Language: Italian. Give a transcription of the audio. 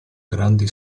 grandi